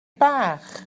bach